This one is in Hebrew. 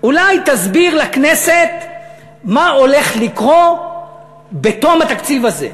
אולי תסביר לכנסת מה הולך לקרות בתום התקציב הזה?